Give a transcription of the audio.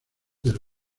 del